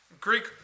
Greek